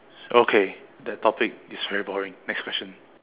okay that topic is very boring next question